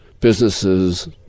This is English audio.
businesses